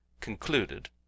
concluded